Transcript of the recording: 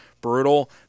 brutal